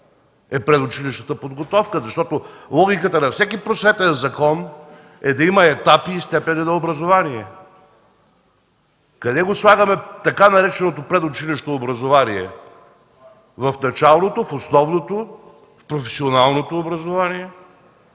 е предучилищната подготовка? Защото логиката на всеки просветен закон е да има етапи и степени на образование. Къде го слагаме така нареченото предучилищно образование – в началното, в основното, в професионалното образование?!